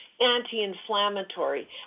anti-inflammatory